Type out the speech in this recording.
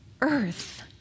earth